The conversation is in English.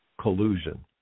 Collusion